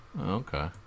Okay